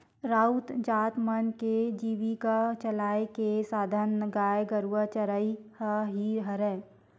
राउत जात मन के जीविका चलाय के साधन गाय गरुवा चरई ह ही हरय